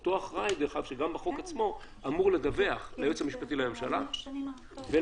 אותו אחראי שגם לפי החוק עצמו אמור לדווח ליועץ המשפטי לממשלה ולכנסת.